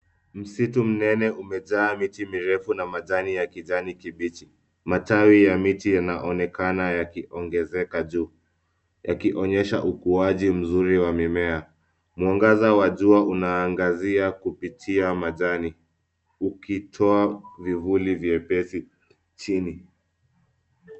Msitu mnene umejaa miti mirefu na majani ya kijani kibichi. Matawi ya miti yanaonekana yakiongezeka juu. Yakionyesha ukuaji mzuri wa mimea. Mwangaza wa jua unaangazia kupitia majani. Ukitoa vivuli viepesi chini.